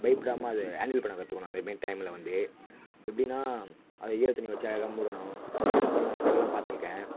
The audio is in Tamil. பயப்படாமல் அதை ஹாண்டில் பண்ணக் கற்றுக்கணும் அந்த மாரி டைமில் வந்து எப்படின்னா அந்த ஈரத்துணி வச்சி அழகாக மூடணும் அதேப்போல் நாங்கள் ஸ்கூல்லாம் பார்த்துருக்கேன்